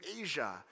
Asia